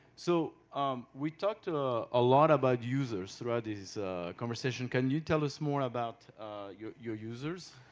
so um we talked a lot about users throughout this conversation. can you tell us more about your your users?